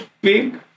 big